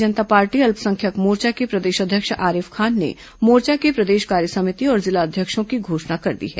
भारतीय जनता पार्टी अल्पसंख्यक मोर्चा के प्रदेश अध्यक्ष आरिफ खान ने मोर्चा के प्रदेश कार्यसमिति और जिला अध्यक्षों की घोषणा कर दी है